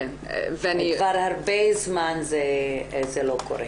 כבר הרבה זמן זה לא קרה.